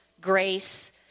grace